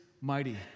mighty